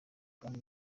bwami